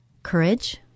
courage